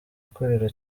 ukorera